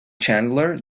chandler